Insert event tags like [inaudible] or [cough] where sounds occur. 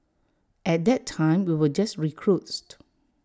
at that time we were just recruits [noise]